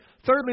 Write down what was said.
thirdly